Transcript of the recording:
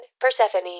Persephone